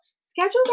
Schedules